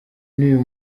n’uyu